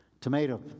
tomato